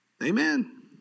Amen